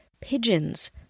pigeons